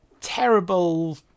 terrible